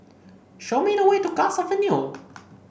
show me the way to Guards Avenue